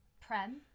prem